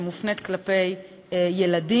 שמופנית כלפי ילדים.